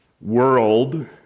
world